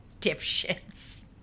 dipshits